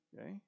Okay